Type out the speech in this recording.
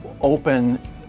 open